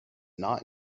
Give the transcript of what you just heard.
not